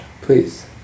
please